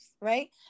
Right